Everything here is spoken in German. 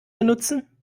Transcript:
benutzen